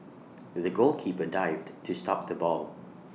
the goalkeeper dived to stop the ball